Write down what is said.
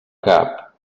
cap